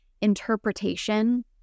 interpretation